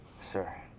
Sir